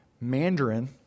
Mandarin